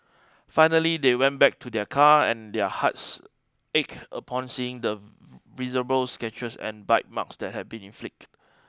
finally they went back to their car and their hearts ache upon seeing the visible scratches and bite marks that had been inflicted